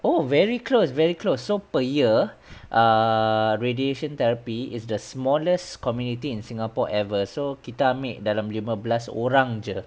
oh very close very close so per year err radiation therapy is the smallest community in singapore ever so kita ambil dalam lima belas orang sahaja